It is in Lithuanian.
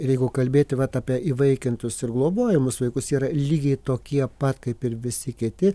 ir jeigu kalbėti vat apie įvaikintus ir globojamus vaikus jie yra lygiai tokie pat kaip ir visi kiti